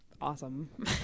awesome